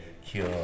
Cure